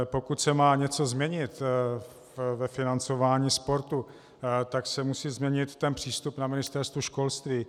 Pokud se má něco změnit ve financování sportu, tak se musí změnit přístup na Ministerstvu školství.